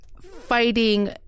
fighting